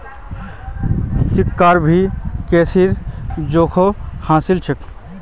सिक्काक भी करेंसीर जोगोह हासिल छ